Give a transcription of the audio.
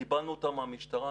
קיבלנו אותם מהמשטרה,